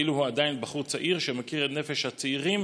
כאילו הוא עדיין בחור צעיר שמכיר את נפש הצעירים